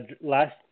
last